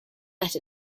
let